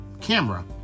camera